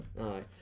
aye